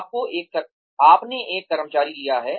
आपने एक कर्मचारी लिया है